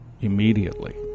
immediately